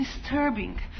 disturbing